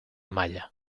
maya